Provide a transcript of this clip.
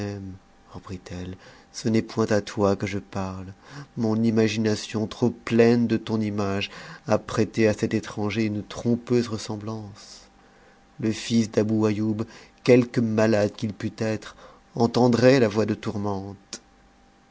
reprit-elle ce n'est point à toi que je parle mon imagination trop pleine de ton image a prêté à cet étranger une trompeuse ressemblance le fils d'abou aïoub quelque malade qu'il pût être entendrait la voix de tourmente